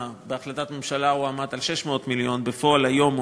בהחלטת הממשלה הוא עמד על 600 מיליון ובפועל היום הוא